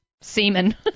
semen